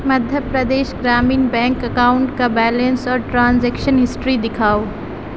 Madhya Pradesh Gramin bank account کا بیلنس اور ٹرانزیکشن ہسٹری دکھاؤ